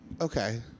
Okay